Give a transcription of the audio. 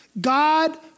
God